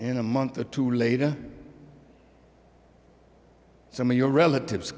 and a month or two later some of your relatives